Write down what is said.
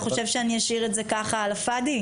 אתה חושב שאני אשאיר את זה ככה על הפאדי?